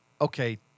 Okay